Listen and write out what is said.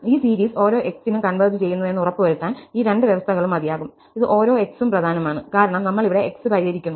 ഈ സീരീസ് ഓരോ x നും കൺവെർജ് ചെയ്യുന്നുവെന്ന് ഉറപ്പുവരുത്താൻ ഈ രണ്ട് വ്യവസ്ഥകളും മതിയാകും ഇത് ഓരോ x ഉം പ്രധാനമാണ് കാരണം നമ്മൾ ഇവിടെ x പരിഹരിക്കുന്നു